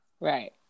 Right